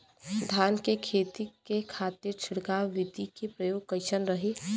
धान के खेती के खातीर छिड़काव विधी के प्रयोग कइसन रही?